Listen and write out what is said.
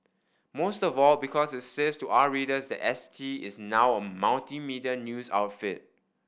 most of all because it says to our readers that S T is now a multimedia news outfit